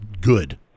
good